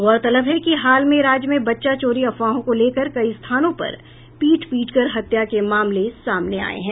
गौरतलब है कि हाल में राज्य में बच्चा चोरी अफवाहों को लेकर कई स्थानों पर पीट पीट कर हत्या के मामले सामने आये हैं